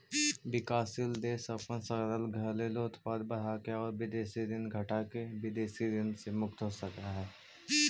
विकासशील देश अपन सकल घरेलू उत्पाद बढ़ाके आउ विदेशी ऋण घटाके विदेशी ऋण से मुक्त हो सकऽ हइ